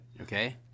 Okay